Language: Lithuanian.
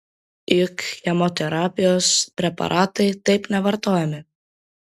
juk chemoterapijos preparatai taip nevartojami